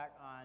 on